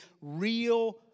real